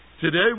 Today